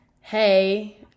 hey